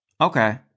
Okay